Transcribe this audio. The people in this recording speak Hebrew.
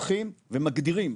הולכים ומגדירים,